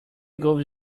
goes